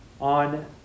On